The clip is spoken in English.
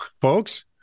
folks